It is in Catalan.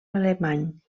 alemany